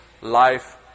life